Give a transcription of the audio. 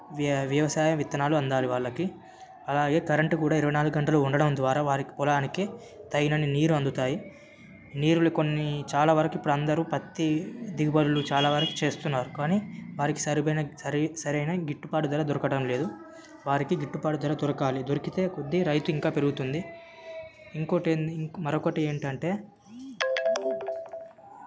వ్య వ్యవసాయ విత్తనాలు అందాలి వాళ్ళకి అలాగే కరెంటు కూడా ఇరవై నాలుగు గంటలు ఉండడం ద్వారా వారి పొలానికి తగినన్ని నీరు అందుతాయి నీరులు కొన్ని చాలా వరకు ఇప్పుడు అందరూ పత్తి దిగుబడులు చాలా వరకు చేస్తున్నారు కానీ వారికి సరిపోయిన సరి సరైన గిట్టుబాటు ధర దొరకడం లేదు వారికి గిట్టుబాటు ధర దొరకాలి దొరికే కొద్ది రైతు ఇంకా పెరుగుతుంది ఇంకోకటి ఏంటి మరొకటి ఏంటంటే